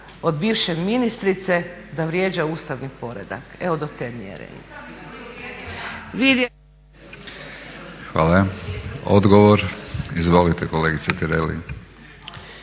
od bivše ministrice da vrijeđa ustavni poredak, evo do te mjere. **Batinić, Milorad (HNS)** Hvala. Odgovor izvolite kolegice Tireli.